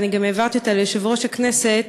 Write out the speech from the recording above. וגם העברתי אותה ליושב-ראש הכנסת.